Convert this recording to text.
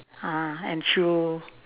ah and shoe